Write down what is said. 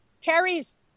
Carrie's